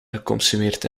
geconsumeerd